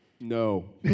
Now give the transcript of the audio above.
No